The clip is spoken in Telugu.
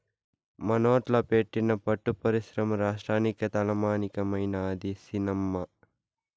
మనోట్ల పెట్టిన పట్టు పరిశ్రమ రాష్ట్రానికే తలమానికమైనాది సినమ్మా